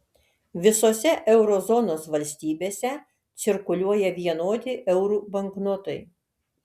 visose euro zonos valstybėse cirkuliuoja vienodi eurų banknotai